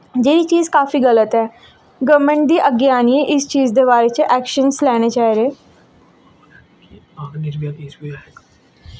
जेह्ड़ी चीज काफी गल्त ऐ गौरमैंट गी अग्गें आनियै इस चीज दे बारे च ऐक्शन्स लैने चाहिदे